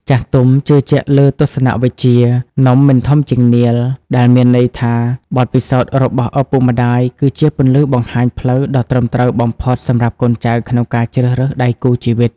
ចាស់ទុំជឿជាក់លើទស្សនវិជ្ជា "នំមិនធំជាងនាឡិ" ដែលមានន័យថាបទពិសោធន៍របស់ឪពុកម្ដាយ គឺជាពន្លឺបង្ហាញផ្លូវដ៏ត្រឹមត្រូវបំផុតសម្រាប់កូនចៅក្នុងការជ្រើសរើសដៃគូជីវិត។